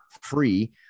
free